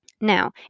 Now